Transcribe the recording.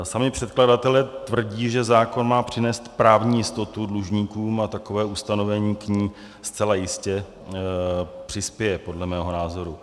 Sami předkladatelé tvrdí, že zákon má přinést právní jistotu dlužníkům, a takové ustanovení k ní zcela jistě přispěje podle mého názoru.